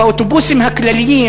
באוטובוסים הכלליים,